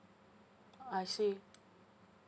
I see